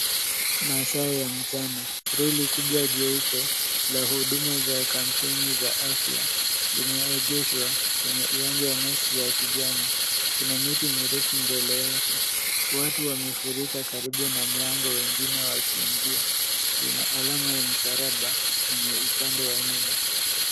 Masaa ya mchana. Lori kubwa jeupe la huduma za kampeni za afya limeegeshwa kwenye uwanja wa nyasi za kijani. Kuna miti mirefu mbele yake. Watu wamefurika karibu na mlango wengine wakiingia. Lina alama ya msalaba kwenye upande wa nyuma.